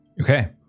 Okay